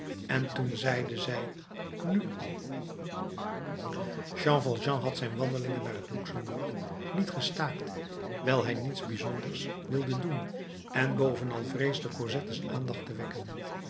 en toen zeide zij nu al jean valjean had zijn wandelingen naar het luxembourg niet gestaakt wijl hij niets bijzonders wilde doen en bovenal vreesde cosette's aandacht te wekken